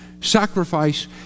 Sacrifice